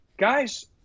Guys